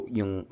yung